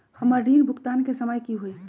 हमर ऋण भुगतान के समय कि होई?